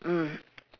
mm